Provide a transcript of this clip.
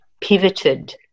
pivoted